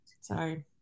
sorry